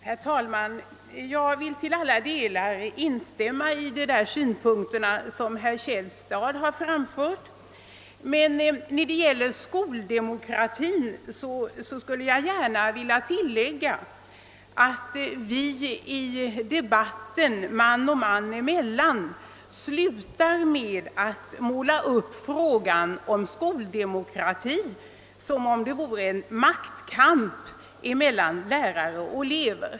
Herr talman! Jag vill till alla delar instämma i de synpunkter som herr Källstad framfört. När det gäller skoldemokratin skulle jag dock vilja tilllägga att vi i debatten man och man emellan bör sluta att måla upp frågan om skoldemokrati som om det vore en maktkamp mellan lärare och elever.